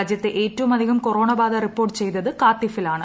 രാജ്യത്ത് ഏറ്റവുമധികം കൊറോണബാധ റിപ്പോർട്ട് ചെയ്തത് ഖാത്തിഫിലാണ്